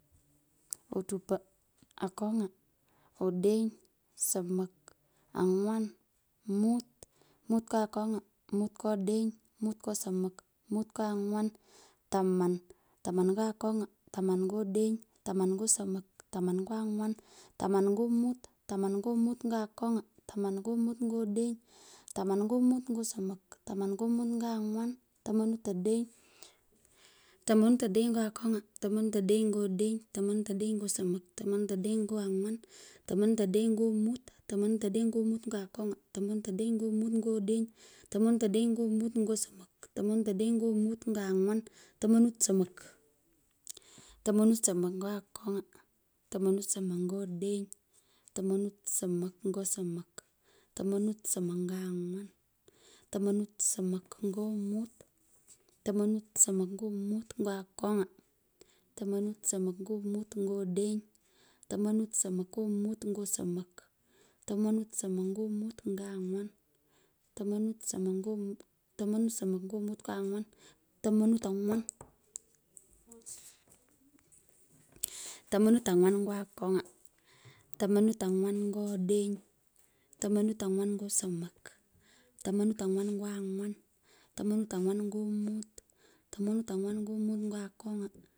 Otupo. akony'a. odeny, somok, angwan, mut, mut nyo akony'a, mut nyo odeny, mut nyo somok mut nyo angwan, taman, taman nyo akony’a, taman nyo odeny, taman nyo somok, taman nyo angwan, taman ago mut, tarman nyo mut nyo akong’a taman nyo mut nyo odeny, taman nyo mut nyo somok taman nyo mut nyo angwan, tamanut odeny, tamanut odeny ngo akony’a, tamanut odeny nyo odeny, tamanut odeny ngo somok, tomanut odeny nyo angwan. tamanut odeny nyo mut, tamanut odeny nyu mot nyo akony tamanut odeny nyo mut nyo odeny tamanut odeny ngo mut ngo somok tamanut odenty ngo mut ngo angwan tomanut somok, tomanut somok nyo akony'a, tamanut somok nyo odeny tamanut somok ngo somok, tamanut somok nyo angwan, tamanut somok nyo angwan, tamanut somok ngo mut ngo akony'a, tamanut somok naje mut nyo odeny. tamanut samok nyo mut ngo angwan tamamut somok nyo angwan nyo angwan, tamanut angwan tamanut angwan nyo akonga, tomanut angwan nyo odeny, tomanut angwan nyo somok, tamanut angwan nyo angwan, tamanut angwan nyo mut tamanut angwan nyoo mut nyo akony’a.